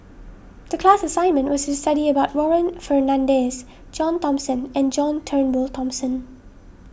the class assignment was to study about Warren Fernandez John Thomson and John Turnbull Thomson